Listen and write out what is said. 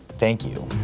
thank you.